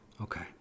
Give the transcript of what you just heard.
Okay